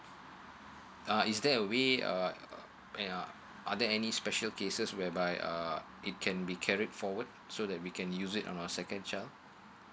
uh is there a way uh and uh are there any special cases whereby uh it can be carried forward so that we can use it on a second child